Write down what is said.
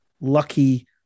lucky